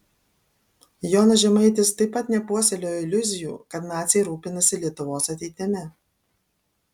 jonas žemaitis taip pat nepuoselėjo iliuzijų kad naciai rūpinasi lietuvos ateitimi